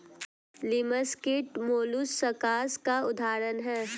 लिमस कीट मौलुसकास का उदाहरण है